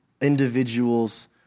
individuals